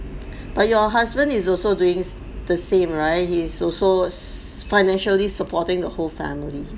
but your husband is also doing the same right he's also financially supporting the whole family